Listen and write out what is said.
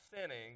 sinning